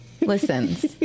listens